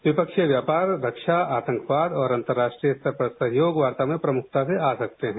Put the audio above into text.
द्विपक्षीय व्यापार रक्षा आतंकवाद और अंतर्राष्ट्रीय स्तर पर सहयोग वार्ता में प्रमुखता से आ सकते हैं